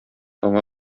аңа